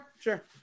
sure